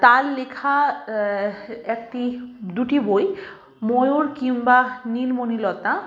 তার লেখা একটি দুটি বই ময়ূর কিংবা নীলমণি লতা